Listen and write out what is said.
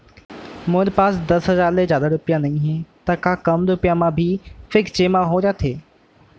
मोर पास दस हजार ले जादा रुपिया नइहे त का कम रुपिया म भी फिक्स जेमा हो जाथे?